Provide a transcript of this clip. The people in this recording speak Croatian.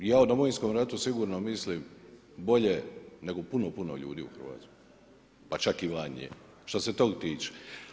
Ja o Domovinskom ratu, sigurno mislim, bolje nego puno, puno ljudi u Hrvatskoj, pa čak i van nje, što se tog tiče.